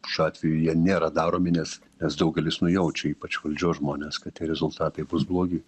šiuo atveju jie nėra daromi nes nes daugelis nujaučia ypač valdžios žmonės kad tie rezultatai bus blogi